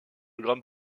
grand